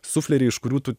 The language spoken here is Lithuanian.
sufleriai iš kurių tu